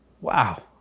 wow